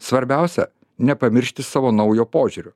svarbiausia nepamiršti savo naujo požiūrio